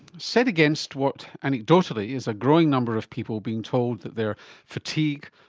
set against what anecdotally is a growing number of people being told that their fatigue,